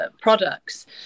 products